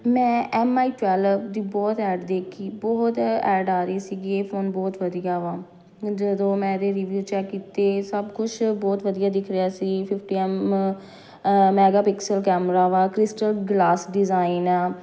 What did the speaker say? ਮੈਂ M I twelve ਦੀ ਬਹੁਤ ਐਡ ਦੇਖੀ ਬਹੁਤ ਐਡ ਆ ਰਹੀ ਸੀਗੀ ਇਹ ਫੋਨ ਬਹੁਤ ਵਧੀਆ ਵਾ ਮੈਂ ਜਦੋਂ ਮੈਂ ਇਹਦੇ ਰਿਵਿਊ ਚੈੱਕ ਕੀਤੇ ਸਭ ਕੁਛ ਬਹੁਤ ਵਧੀਆ ਦਿਖ ਰਿਹਾ ਸੀ fifty M mega pixel camera ਵਾ ਕ੍ਰਿਸਟਲ ਗਲਾਸ ਡਿਜ਼ਾਇਨ ਆ